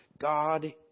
God